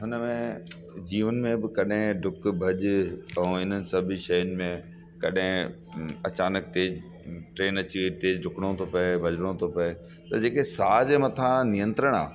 हुन में जीवन में बि कॾहिं डुक भॼ पवे हिन सभिनि शयुनि में कॾहिं अचानक थिए ट्रेन अची वई तेज़ डुकिणो थो पए भॼिणो थो पए त जेके साह जे मथा नियंत्रण आहे